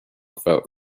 felt